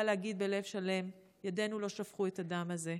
להגיד בלב שלם שידינו לא שפכו את הדם הזה?